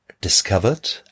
discovered